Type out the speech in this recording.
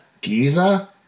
Giza